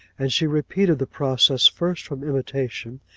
and she repeated the process first from imitation,